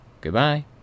Goodbye